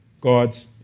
God's